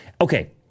Okay